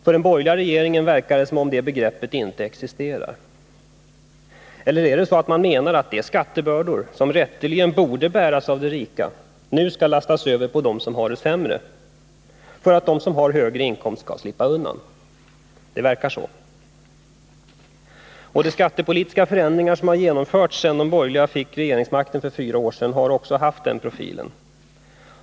För den borgerliga regeringen verkar det som om det begreppet inte existerade. Eller är det så att man menar att de skattebördor som rätteligen borde bäras av de rika nu skall lastas över på dem som har det sämre, för att de som har högre inkomster skall slippa undan? Det verkar så. De skattepolitiska förändringar som genomförts sedan de borgerliga fick regeringsmakten för fyra år sedan har också haft den profilen.